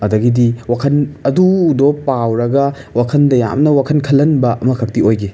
ꯑꯗꯒꯤꯗꯤ ꯋꯥꯈꯟ ꯑꯗꯨꯗꯣ ꯄꯥꯔꯨꯔꯒ ꯋꯥꯈꯟꯗ ꯌꯥꯝꯅ ꯋꯥꯈꯟ ꯈꯜꯍꯟꯕ ꯑꯃꯈꯛꯇꯤ ꯑꯣꯏꯈꯤ